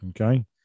Okay